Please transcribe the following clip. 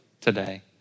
today